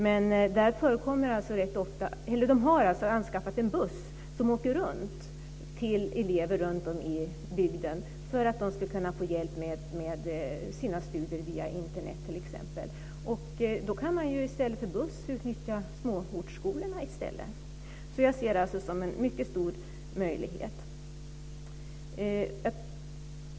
Man har där anskaffat en buss som åker runt till elever i bygden för att de ska kunna få hjälp med sina studier t.ex. via Internet. Då kan man ju i stället för buss utnyttja småortsskolorna. Jag ser det alltså som en mycket stor möjlighet.